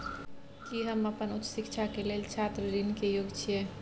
की हम अपन उच्च शिक्षा के लेल छात्र ऋण के योग्य छियै?